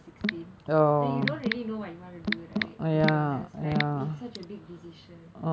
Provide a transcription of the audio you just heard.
sixteen you don't really know what you want to do right to be honest it's such a big decision